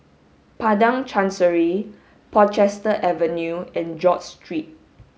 Padang Chancery Portchester Avenue and George Street